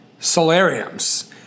solariums